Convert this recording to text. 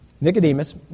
Nicodemus